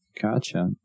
Gotcha